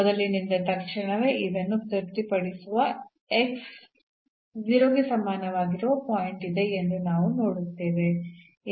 ಮೊದಲಿನಿಂದ ತಕ್ಷಣವೇ ಇದನ್ನು ತೃಪ್ತಿಪಡಿಸುವ x 0 ಗೆ ಸಮಾನವಾಗಿರುವ ಪಾಯಿಂಟ್ ಇದೆ ಎಂದು ನಾವು ನೋಡುತ್ತೇವೆ